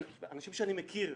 מאנשים שאני מכיר,